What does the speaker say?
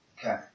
Okay